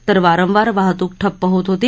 तर वारंवार वाहतूक ठप्प होत होती